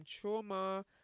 trauma